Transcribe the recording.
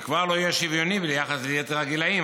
זה כבר לא יהיה שוויוני ביחס ליתר הגילים,